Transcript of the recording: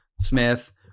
Smith